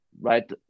right